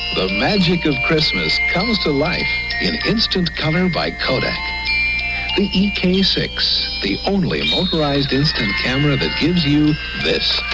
the magic of christmas comes to life in instant color by kodak. the ek six. the only um authorized instant camera that gives you this.